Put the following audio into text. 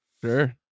Sure